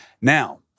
Now